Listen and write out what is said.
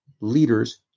leaders